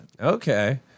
Okay